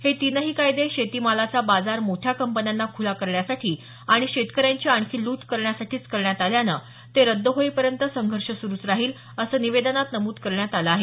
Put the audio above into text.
हे तीनही कायदे शेतीमालाचा बाजार मोठ्या कंपन्यांना खुला करण्यासाठी आणि शेतकऱ्यांची आणखी लूट करण्यासाठीच करण्यात आल्यानं ते रद्द होईपर्यंत संघर्ष सुरूच राहील असं निवेदनात नमूद करण्यात आलं आहे